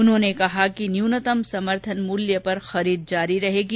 उन्होंने कहा कि न्यूनतम समर्थन मूल्य पर खरीद जारी रहेगी